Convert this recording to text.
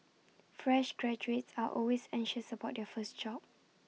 fresh graduates are always anxious about their first job